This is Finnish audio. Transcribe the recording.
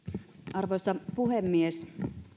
arvoisa puhemies